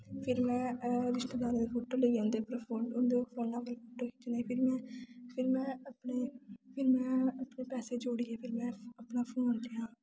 फिर में रिश्तेदारें दे फोटो लेई आंदी ही उं'दे फोटो खिच्चने फोना पर फिर में अपने पैसे जोड़े ते अपना फोन लैता